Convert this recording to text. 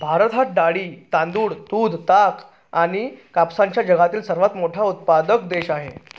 भारत हा डाळी, तांदूळ, दूध, ताग आणि कापसाचा जगातील सर्वात मोठा उत्पादक देश आहे